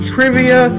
Trivia